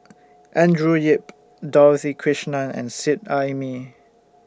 Andrew Yip Dorothy Krishnan and Seet Ai Mee